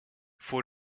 voor